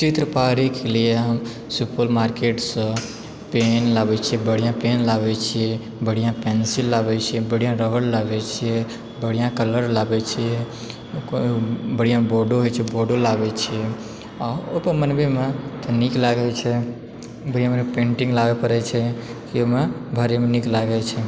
चित्र पारयके लिए हम सुपौल मार्किटसँ पेन लाबैत छियै बढ़िआँ पेन लाबैत छियै बढ़िआँ पेन्सिल लाबैत छियै बढ़िआँ रबड़ लाबैत छियै बढ़िआँ कलर लाबैत छियै बढ़िआँ बोर्डो होयत छै बढ़िआँ बोर्डो लाबैत छियै आ ओहिपर बनबयमे नीक लागैत छै बढ़िआँ बढ़िआँ पेन्टिंग लाबय परैत छै फेर ओहिमे भरयमे नीक लागैत छै